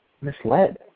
misled